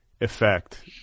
effect